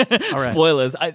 Spoilers